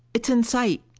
it's in sight!